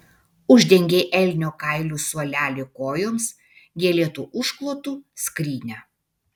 uždengei elnio kailiu suolelį kojoms gėlėtu užklotu skrynią